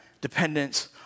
dependence